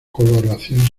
coloración